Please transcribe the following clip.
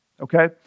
okay